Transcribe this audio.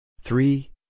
Three